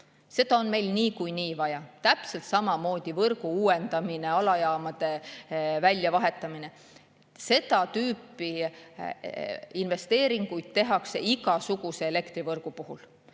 Seda on meil niikuinii vaja. Täpselt samamoodi võrgu uuendamine, alajaamade väljavahetamine – seda tüüpi investeeringuid tehakse igasuguse elektrivõrgu puhul.